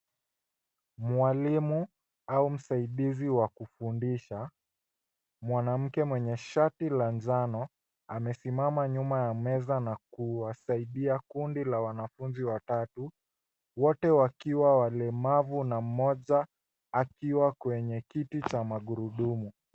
Mwalimu au msaidizi wakufundisha. Mwanamke mwenye shati la njano amesimama nyuma ya meza na kuwasaidia kundi la wanafunzi watatu. Wote wakiwa walemavu na mmoja akiwa kwenye kiti cha magurudumu.